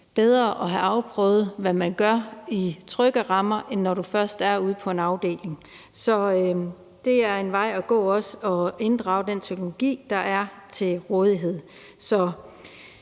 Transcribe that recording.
bedre at have afprøvet, hvad man gør, i trygge rammer, end når man først er ude på en afdeling. Så det er også en vej, man kan gå, at inddrage den teknologi, der er til rådighed.